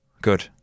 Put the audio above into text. Good